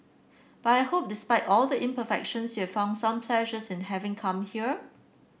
but I hope despite all the imperfections you have found some pleasures in having come here